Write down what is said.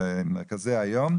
במרכזי היום.